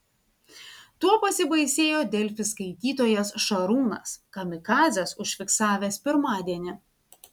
tuo pasibaisėjo delfi skaitytojas šarūnas kamikadzes užfiksavęs pirmadienį